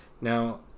Now